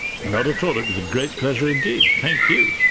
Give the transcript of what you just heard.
not at all, it was a great pleasure indeed. thank you.